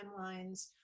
timelines